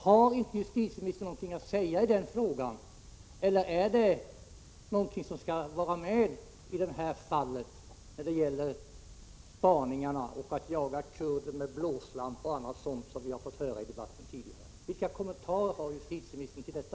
Har justitieministern inte någonting att säga i det avseendet, eller är det fråga om någonting som skall vara med i det här fallet när det gäller ”spaningarna” och jakten på kurder med blåslampa etc. , som vi hört talas om tidigare i debatten? Vilka kommentarer har justitieministern till detta?